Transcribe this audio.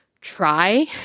try